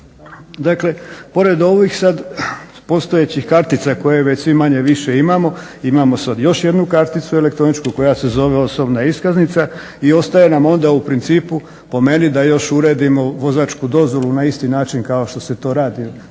Dakle, pored ovih sad postojećih kartica koje već svi manje-više imamo, imamo sad još jednu karticu elektroničku koja se zove osobna iskaznica i ostaje nam onda u principu po meni da još uredimo vozačku dozvolu na isti način kao što se to radi